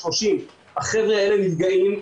30. החבר'ה האלה נפגעים,